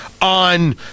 On